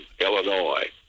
Illinois